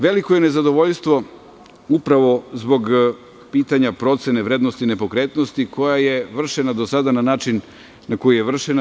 Veliko je nezadovoljstvo upravo zbog pitanja procene vrednosti nepokretnosti koja je vršena do sada na način na koji je vršena.